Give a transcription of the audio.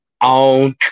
on